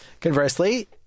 Conversely